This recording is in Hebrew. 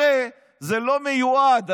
הרי זה לא מיועד,